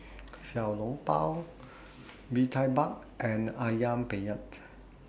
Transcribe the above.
Xiao Long Bao Bee Tai Mak and Ayam Penyet